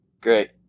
Great